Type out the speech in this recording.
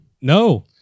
No